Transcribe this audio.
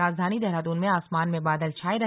राजधानी देहरादून में आसमान में बादल छाए रहे